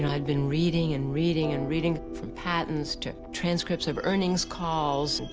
yeah been reading and reading and reading. from patents, to transcripts of earnings calls,